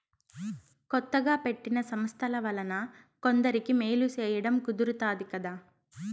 కొత్తగా పెట్టిన సంస్థల వలన కొందరికి మేలు సేయడం కుదురుతాది కదా